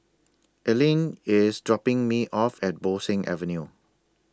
Earlene IS dropping Me off At Bo Seng Avenue